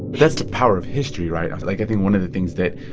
that's the power of history, right? like, i think one of the things that,